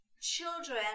children